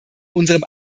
unserem